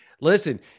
listen